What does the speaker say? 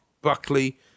Buckley